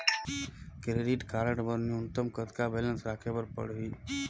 Credit card बर न्यूनतम कतका बैलेंस राखे बर पड़ही?